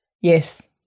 Yes